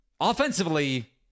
Offensively